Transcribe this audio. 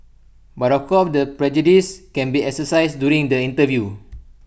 but of course the prejudice can be exercised during the interview